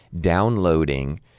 downloading